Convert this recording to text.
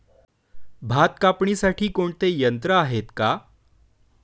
भात कापणीसाठी कोणते यंत्र आहेत का?